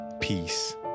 peace